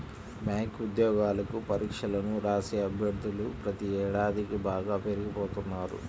bank ఉద్యోగాలకు పరీక్షలను రాసే అభ్యర్థులు ప్రతి ఏడాదికీ బాగా పెరిగిపోతున్నారు